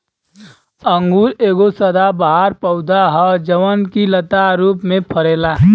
अंगूर एगो सदाबहार पौधा ह जवन की लता रूप में फरेला